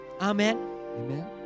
Amen